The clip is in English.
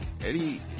Eddie